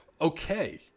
okay